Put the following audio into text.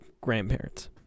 grandparents